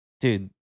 Dude